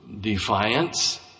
defiance